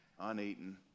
uneaten